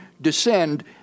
descend